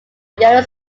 yellow